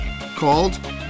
called